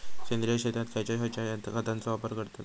सेंद्रिय शेतात खयच्या खयच्या खतांचो वापर करतत?